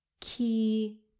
key